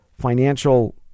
financial